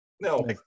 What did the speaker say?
no